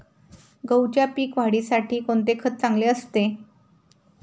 गहूच्या पीक वाढीसाठी कोणते खत चांगले असते?